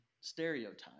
stereotype